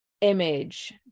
image